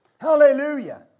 Hallelujah